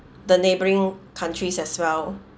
the neighbouring countries as well